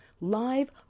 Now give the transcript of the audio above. live